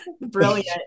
Brilliant